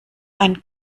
einen